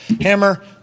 Hammer